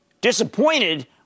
disappointed